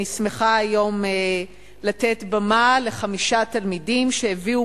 אני שמחה היום לתת במה לחמישה תלמידים שהביאו